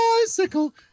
bicycle